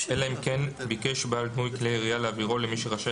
אלא אם כן ביקש בעל דמוי כלי הירייה להעבירו למי שרשאי